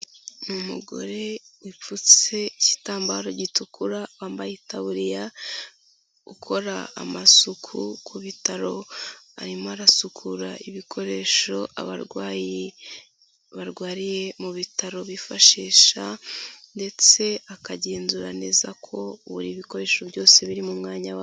Ni umugore wipfutse igitambaro gitukura wambaye itaburiya ukora amasuku ku bitaro, arimo arasukura ibikoresho abarwayi barwariye mu bitaro bifashisha ndetse akagenzura neza ko buri bikoresho byose biri mu mwanya wabyo.